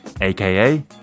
aka